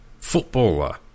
footballer